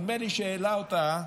נדמה לי שהעלה אותה